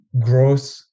growth